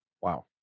Wow